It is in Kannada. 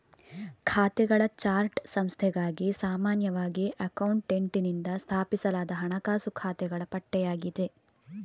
ಖಾತೆಗಳ ಚಾರ್ಟ್ ಸಂಸ್ಥೆಗಾಗಿ ಸಾಮಾನ್ಯವಾಗಿ ಅಕೌಂಟೆಂಟಿನಿಂದ ಸ್ಥಾಪಿಸಲಾದ ಹಣಕಾಸು ಖಾತೆಗಳ ಪಟ್ಟಿಯಾಗಿದೆ